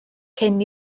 cyn